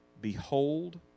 Behold